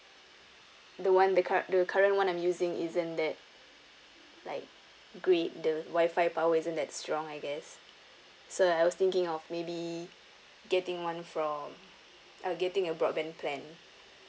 the one the cur~ the current one I'm using isn't that like great the wi-fi power isn't that strong I guess so I was thinking of maybe getting one from uh getting a broadband plan